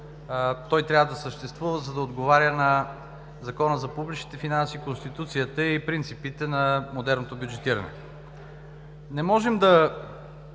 той трябва да съществува, за да отговаря на Закона за публичните финанси, Конституцията и принципите на модерното бюджетиране. Не можем да